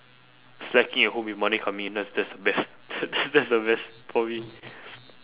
slacking at home with money coming in that's that's best that's the best for me